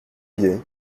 idée